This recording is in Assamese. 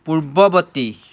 পূৰ্বৱৰ্তী